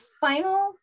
final